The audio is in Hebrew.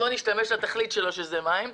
בואו נשתמש לתכלית שלו שהיא מים.